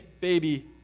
baby